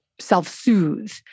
self-soothe